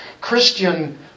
Christian